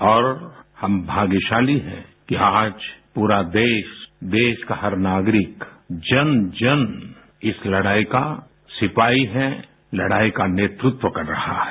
और हम भाग्यशाली हैं कि आज पूरा देश देश का हर नागरिक जन जन इस लड़ाई का सिपाही है लड़ाई का नेतृत्व कर रहा है